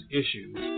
issues